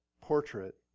portrait